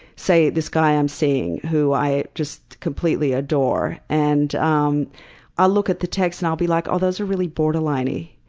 say, this guy i'm seeing who i just completely adore. and um i'll look at the texts and i'll be like, oh those are really borderline-y.